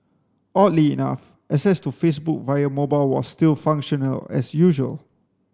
oddly enough access to Facebook via mobile was still functional as usual